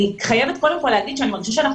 אני חייבת קודם כל להגיד שאני מרגישה שאנחנו